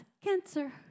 cancer